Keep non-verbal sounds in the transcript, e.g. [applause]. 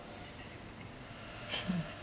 [laughs]